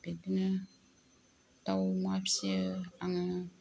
बिदिनो दाउ अमा फियो आङो